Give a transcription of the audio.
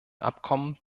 abkommen